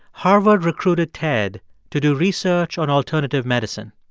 harvard recruited ted to do research on alternative medicine.